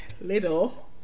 Little